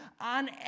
on